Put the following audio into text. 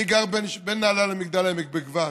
אני גר בין נהלל לבין מגדל העמק, בגבת.